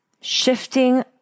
shifting